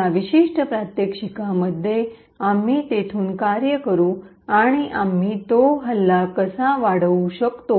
या विशिष्ट प्रात्यक्षिकेमध्ये आम्ही तेथून कार्य करू आणि आम्ही तो हल्ला कसा वाढवू शकतो